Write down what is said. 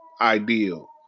ideal